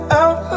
out